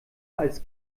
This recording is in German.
als